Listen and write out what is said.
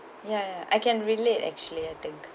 ya ya I can relate actually I think